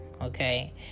okay